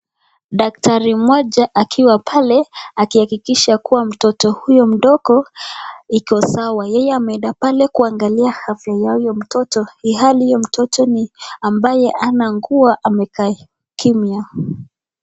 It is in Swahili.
Daktari mmoja akiwa pale akihakikisha kuwa mtoto huyo mdogo iko sawa, yeye ameenda pale kuangalia afya ya huyo mtoto ilhali huyo mtoto ambaye hana nguo amekaa kimya.